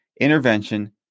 intervention